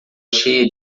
cheia